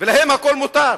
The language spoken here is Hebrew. ולהם הכול מותר.